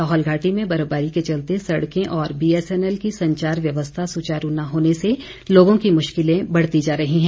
लाहौल घाटी में बर्फबारी के चलते सड़कें और बीएसएनएल की संचार व्यवस्था सुचारू न होने से लोगों की मुश्किलें बढ़ती जा रही हैं